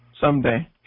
someday